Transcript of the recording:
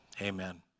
Amen